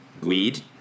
Weed